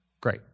great